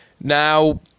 Now